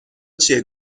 چیه